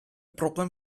broblem